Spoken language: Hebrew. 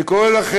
אני קורא לכם,